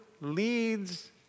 leads